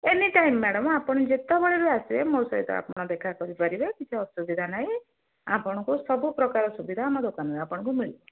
anytime madam ଆପଣ ଯେତେବେଳରୁ ଆସିବେ ମୋ ସହିତ ଆପଣ ଦେଖା କରିପାରିବେ କିଛି ଅସୁବିଧା ନାହିଁ ଆପଣଙ୍କୁ ସବୁ ପ୍ରକାର ସୁବିଧା ଆମ ଦୋକାନରୁ ଆପଣଙ୍କୁ ମିଳିବ